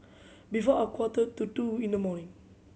before a quarter to two in the morning